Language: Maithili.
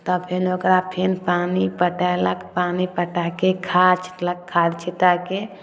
तऽ फेन ओकरा फेन पानी पटैलक पानी पटाके खाद छिटलक खाद छिटाके